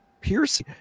pierce